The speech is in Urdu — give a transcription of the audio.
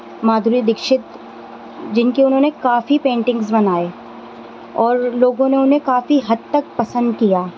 مادھوری دکشت جن کی انہوں نے کافی پینٹنگز بنائے اور لوگوں نے انہیں کافی حد تک پسند کیا